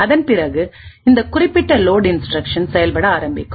அதன்பிறகு இந்த குறிப்பிட்ட லோட் இன்ஸ்டிரக்ஷன் செயல்பட ஆரம்பிக்கும்